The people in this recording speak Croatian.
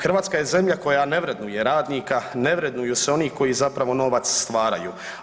Hrvatska je zemlja koja ne vrednuje radnika, ne vrednuju se oni koji zapravo novac stvaraju.